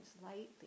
lightly